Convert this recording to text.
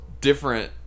different